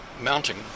mounting